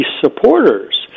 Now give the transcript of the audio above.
supporters